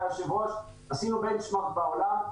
אדוני היושב-ראש: עשינו --- בעולם,